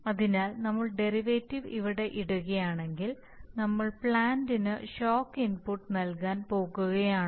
അതിനാൽ നമ്മൾ ഡെറിവേറ്റീവ് ഇവിടെ ഇടുകയാണെങ്കിൽ നമ്മൾ പ്ലാന്റിന് ഷോക്ക് ഇൻപുട്ട് നൽകാൻ പോകുകയാണോ